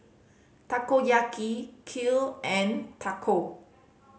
Takoyaki Kheer and Taco